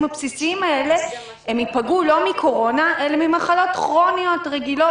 הבסיסיים האלה הם ייפגעו לא מקורונה אלא ממחלות כרוניות רגילות,